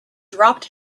dropped